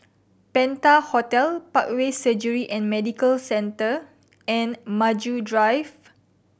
Penta Hotel Parkway Surgery and Medical Centre and Maju Drive